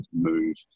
move